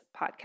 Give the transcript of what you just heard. podcast